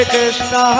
Krishna